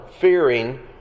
fearing